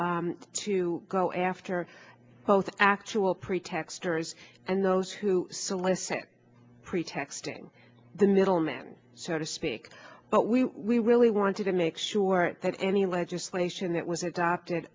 to go after both actual pretext arrays and those who solicit pretexting the middleman so to speak but we really wanted to make sure that any legislation that was adopted